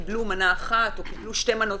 קיבלו מנה אחת או קיבלו שתי מנות,